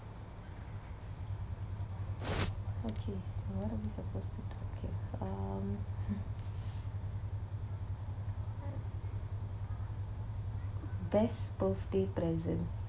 best birthday present